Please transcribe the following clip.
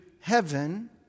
heaven